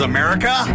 America